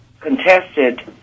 contested